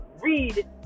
read